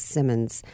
Simmons